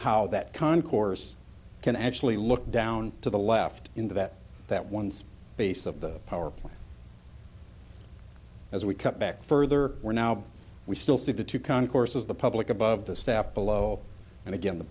how that concourse can actually look down to the left into that that one's base of the power plant as we cut back further we're now we still see the two concourses the public above the staff below and again the